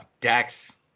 Dax